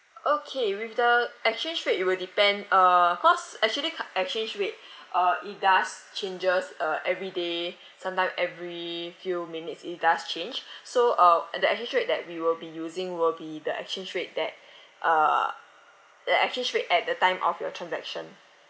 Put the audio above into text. okay with the exchange rate it will depend uh cause actually ca~ exchange rate uh it does changes uh everyday sometime every few minutes it does change so uh uh the exchange rate that we will be using will be the exchange rate that uh the exchange rate at the time of your transaction